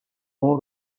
اون